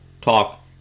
talk